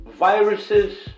viruses